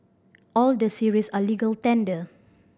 all the series are legal tender